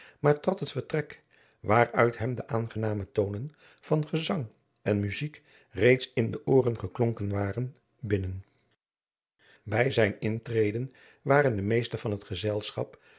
maar trad het vertrek waar uit hem de aangename toonen van gezang en muzijk reeds in de ooren geklonken waren binnen bij zijn intreden waren de meeste van het gezelschap